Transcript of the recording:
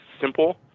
simple